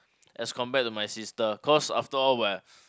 as compared to my sister cause after all we're